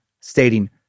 stating